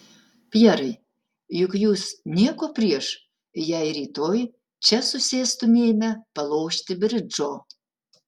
pjerai juk jūs nieko prieš jei rytoj čia susėstumėme palošti bridžo